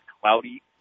cloudy